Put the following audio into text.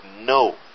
no